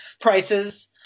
prices